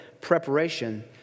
preparation